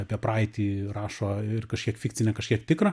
apie praeitį rašo ir kažkiek fikcinė kažkiek tikra